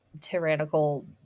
tyrannical